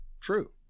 true